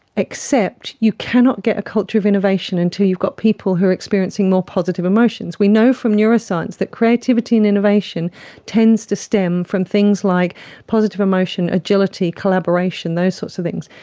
except you cannot get a culture of innovation until you've got people who are experiencing more positive emotions. we know from neuroscience that creativity and innovation tends to stem from things like positive emotion, agility, collaboration, those sorts of things.